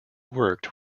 worked